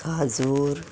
खाजूर